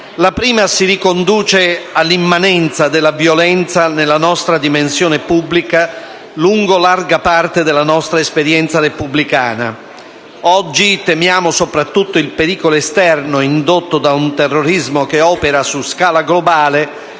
La prima si riconduce all'immanenza della violenza nella nostra dimensione pubblica lungo larga parte della nostra esperienza repubblicana. Oggi temiamo soprattutto il pericolo esterno indotto da un terrorismo che opera su scala globale,